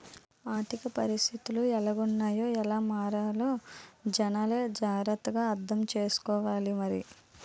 ఆర్థిక పరిస్థితులు ఎలాగున్నాయ్ ఎలా మారాలో జనాలే జాగ్రత్త గా అర్థం సేసుకోవాలి మరి